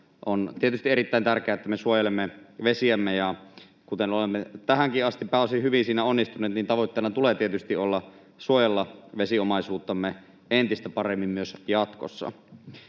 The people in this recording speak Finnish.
on tietysti erittäin tärkeää, että me suojelemme vesiämme. Kuten olemme tähänkin asti siinä onnistuneet pääosin hyvin, tavoitteena tulee tietysti olla suojella vesiomaisuuttamme jatkossa entistä paremmin. Vesihuolto